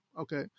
Okay